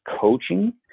coaching